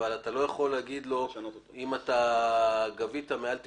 אבל אתה לא יכול להגיד לו שאם הוא גבה מעל 95%,